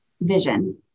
vision